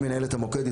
היא מנהלת המוקד,